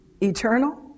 Eternal